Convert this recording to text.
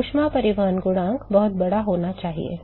ऊष्मा परिवहन गुणांक बहुत बड़ा होना चाहिए